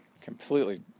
completely